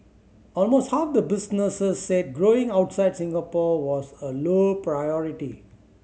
almost half the businesses said growing outside Singapore was a low priority